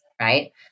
right